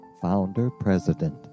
founder-president